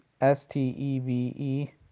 S-T-E-V-E